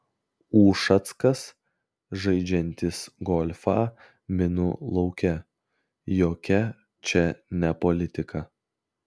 ušackas žaidžiantis golfą minų lauke jokia čia ne politika